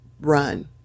run